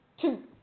Two